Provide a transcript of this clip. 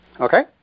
Okay